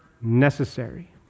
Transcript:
necessary